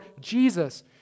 Jesus